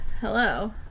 hello